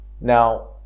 Now